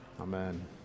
Amen